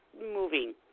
moving